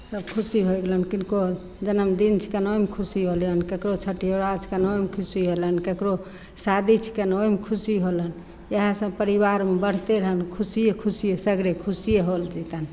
सभ खुशी होइ गेलनि किनको जनमदिन छिकैन ओइमे खुशी होलियैन ककरो छठियारा छिकैन ओइमे खुशी होलैन केकरो शादी छिकैन ओइमे खुशी होलनि इएहे सभ परिवारमे बढ़ते रहनि खुशिये खुशिये सगरे खुशिये होल जेतनि